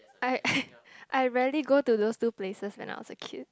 I I rarely go to those two places when I was a kid